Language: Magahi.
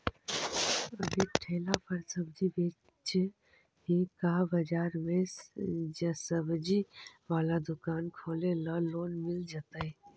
अभी ठेला पर सब्जी बेच ही का बाजार में ज्सबजी बाला दुकान खोले ल लोन मिल जईतै?